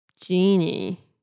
genie